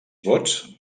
vots